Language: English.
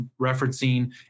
referencing